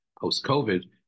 post-COVID